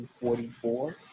144